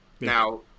Now